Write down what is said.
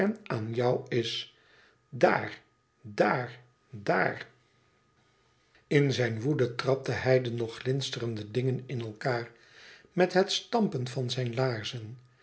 aan jou is daar daar daar in zijn woede trapte hij de nog glinsterende dingen in elkaâr met het stampen van zijn laarzen